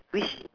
which